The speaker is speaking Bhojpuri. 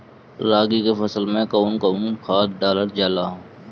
रागी के फसल मे कउन कउन खाद डालल जाला?